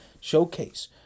showcase